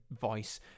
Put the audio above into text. voice